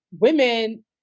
women